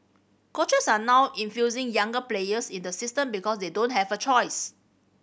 coaches are now infusing younger players in the system because they don't have a choice